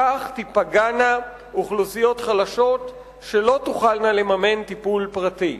כך תיפגענה אוכלוסיות חלשות שלא תוכלנה לממן טיפול פרטי.